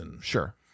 Sure